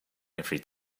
every